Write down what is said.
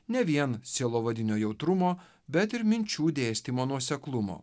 ne vien sielovadinio jautrumo bet ir minčių dėstymo nuoseklumo